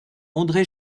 andré